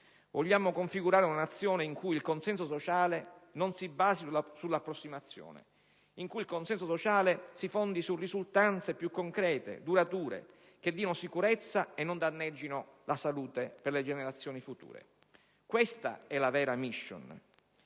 Vogliamo configurare una Nazione in cui il consenso sociale non si basi sull'approssimazione, ma si fondi su risultanze più concrete e durature che diano sicurezza e non danneggino la salute delle generazioni future. Questa è la vera *mission*: